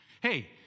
Hey